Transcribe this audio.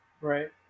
Right